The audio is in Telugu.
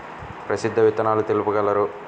ప్రసిద్ధ విత్తనాలు తెలుపగలరు?